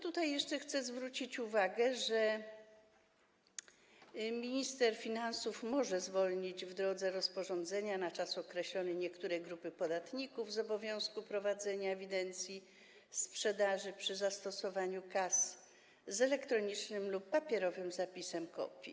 Tutaj chcę jeszcze zwrócić uwagę na to, że minister finansów może zwolnić, w drodze rozporządzenia, na czas określony niektóre grupy podatników z obowiązku prowadzenia ewidencji sprzedaży przy zastosowaniu kas z elektronicznym lub papierowym zapisem kopii.